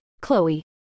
Chloe